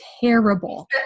terrible